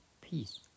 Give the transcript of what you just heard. peace